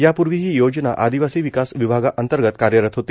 यापूर्वी ही योजना आदिवासी विकास विभागाअंतर्गत कार्यरत होती